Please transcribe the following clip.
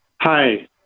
Hi